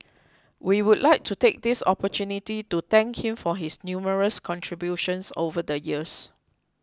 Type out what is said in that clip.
we would like to take this opportunity to thank him for his numerous contributions over the years